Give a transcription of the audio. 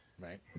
right